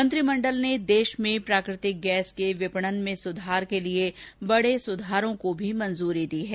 मंत्रिमंडल ने देश में प्राकृतिक गैस के विपणन में सुधार के लिए बडे सुधारों को भी मंजूरी दी है